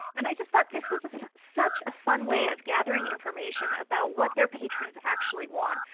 and i just thought this was such a fun way of gathering information about what their patrons actually want,